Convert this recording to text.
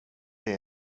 det